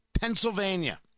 Pennsylvania